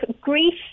grief